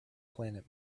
planet